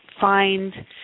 find